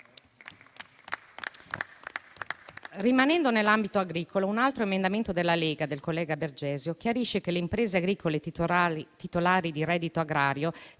Rimanendo nell'ambito agricolo, un altro emendamento della Lega del collega Bergesio chiarisce che le imprese agricole titolari di reddito agrario